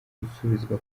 gusubizwa